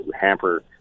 hamper